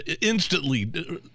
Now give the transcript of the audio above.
instantly